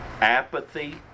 apathy